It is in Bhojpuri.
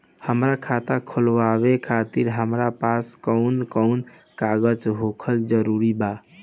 हमार खाता खोलवावे खातिर हमरा पास कऊन कऊन कागज होखल जरूरी बा?